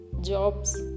jobs